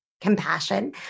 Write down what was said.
compassion